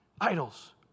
idols